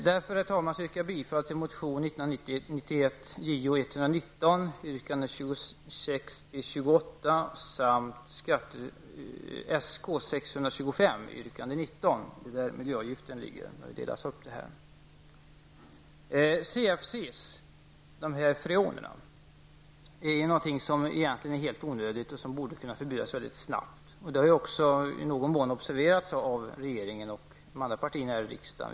Därför, herr talman, yrkar jag bifall till motion 1990 91:Sk625, yrkande 19. CFC -- dessa freonor -- är egentligen någonting helt onödigt och borde kunna förbjudas mycket snabbt. Detta har i någon mån också observerats av regeringen och de andra partierna här i riksdagen.